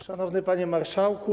Szanowny Panie Marszałku!